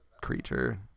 creature